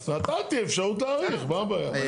נתתי אפשרות להאריך, מה הבעיה?